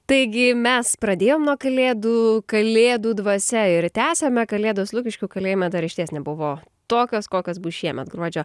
taigi mes pradėjom nuo kalėdų kalėdų dvasia ir tęsiame kalėdos lukiškių kalėjime dar išties nebuvo tokios kokios bus šiemet gruodžio